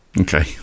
okay